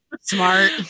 Smart